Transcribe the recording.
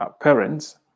parents